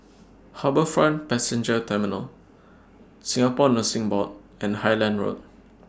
HarbourFront Passenger Terminal Singapore Nursing Board and Highland Road